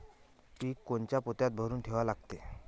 पीक कोनच्या पोत्यात भरून ठेवा लागते?